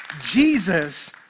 Jesus